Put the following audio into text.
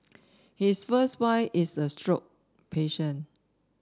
his first wife is a stroke patient